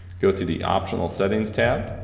go to the optional settings tab,